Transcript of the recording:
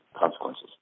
consequences